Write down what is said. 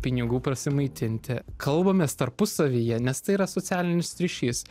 pinigų prasimaitinti kalbamės tarpusavyje nes tai yra socialinis ryšys